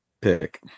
pick